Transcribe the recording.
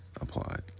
applied